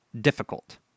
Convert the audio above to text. difficult